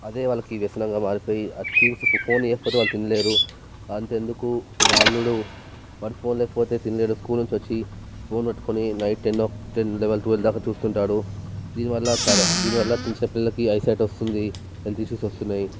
అదే వాళ్ళకి వ్యసనంగా మారిపోయి ఆ స్క్రీన్స్ ఆ ఫోన్ లేకపోతే వాళ్ళు తినలేరు అంతెందుకు మా అల్లుడు వాడు ఫోన్ లేకపోతే తినలేడు స్కూల్ నుంచి వచ్చి ఫోన్ పట్టుకుని night ten night ten eleven twelve దాకా చూస్తుంటాడు దీనివల్ల చాలా దీనివల్ల చిన్నచూసే పిల్లలకి ఐ సైట్ వస్తుంది హెల్త్ ఇష్యూస్ వస్తున్నాయి